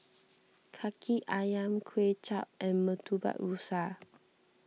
Kaki Ayam Kuay Chap and Murtabak Rusa